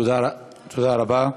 תודה רבה.